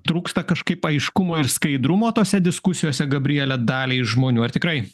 trūksta kažkaip aiškumo ir skaidrumo tose diskusijose gabriele daliai žmonių ar tikrai